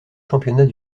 championnats